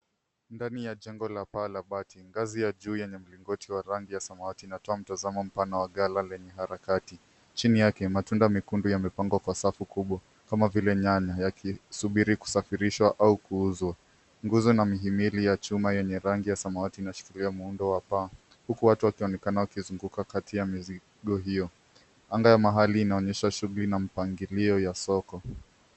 Ndani ya jengo la paa la bati. Ngazi ya juu yenye mlingoti wa rangi ya samawati, linatoa mtazamo mpana wa gala lenye harakati. Chini yake matunda mekundu yamepangwa kwa safu kubwa. Kama vile nyanya, yakisubiri kusafirishwa au kuuzwa. Nguzo na mihimili ya chuma yenye rangi ya samawati inashikilia muundo wa mbao. Huku watu wakionekana wakizunguka kati ya mizigo hio. Anga ya mahali inaonyesha shughuli na mpangilio ya soko.